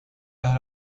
las